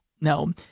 no